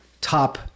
top